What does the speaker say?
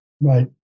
right